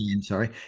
sorry